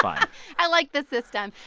fine i like this system.